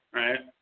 right